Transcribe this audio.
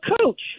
coach